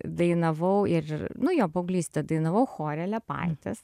dainavau ir nu jo paauglystėj dainavau chore liepaitės